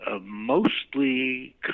mostly